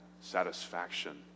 satisfaction